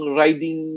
riding